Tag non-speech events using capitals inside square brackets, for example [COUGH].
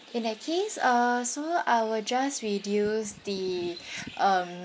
in that case uh so I will just reduce the [BREATH] um